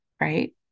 right